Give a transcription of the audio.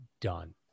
done